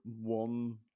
one